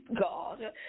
God